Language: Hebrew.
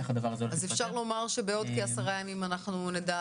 אז אפשר לומר שבעוד כעשרה ימים אנחנו נדע